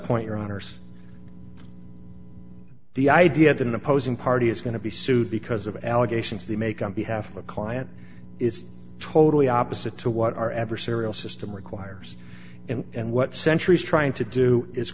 point your honour's the idea that an opposing party is going to be sued because of allegations they make on behalf of a client it's totally opposite to what our adversarial system requires and what centuries trying to do is